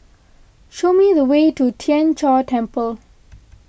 show me the way to Tien Chor Temple